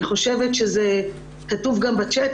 אני חושבת שזה כתוב גם בצ'ט,